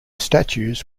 statues